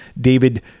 David